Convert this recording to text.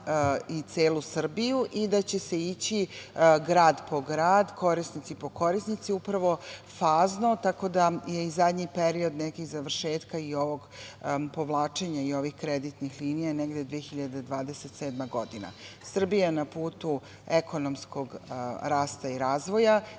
na celu Srbiju i da će se ići grad po grad, korisnici po korisnici, upravo fazno, tako da je zadnji period završetka i ovog povlačenja i ovih kreditnih linija negde 2027. godina. Srbija je na putu ekonomskog rasta i razvoja.